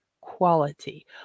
quality